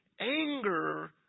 anger